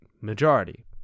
majority